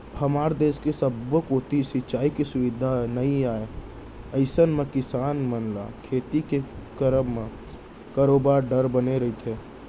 हमर देस के सब्बो कोती सिंचाई के सुबिधा नइ ए अइसन म किसान मन ल खेती के करब म बरोबर डर बने रहिथे